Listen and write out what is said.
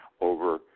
over